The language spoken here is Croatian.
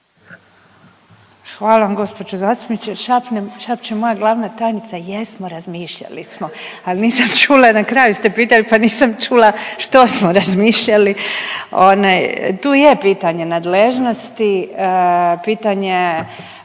Hvala vam gospođo zastupnice. Šapnem, šapče moja glavna tajnica jesmo razmišljali smo, ali nisam čula na kraju ste pitali pa nisam čula što smo razmišljali. Onaj tu je pitanje nadležnosti, pitanje